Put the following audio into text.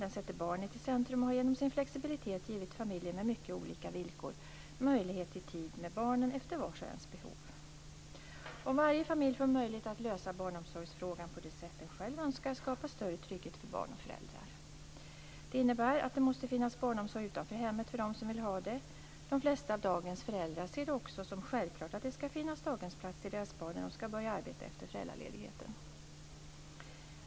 Den sätter barnet i centrum och har genom sin flexibilitet givit familjer med mycket olika villkor möjlighet till tid med barnen efter vars och ens behov. Om varje familj får möjlighet att lösa barnomsorgsfrågan på det sätt som den själv önskar skapas större trygghet för barn och föräldrar. Det innebär att det måste finnas en barnomsorg utanför hemmet för dem som vill ha det. De flesta av dagens föräldrar ser det också som självklart att det skall finnas daghemsplats till deras barn när föräldrarna skall börja att arbeta efter föräldraledigheten.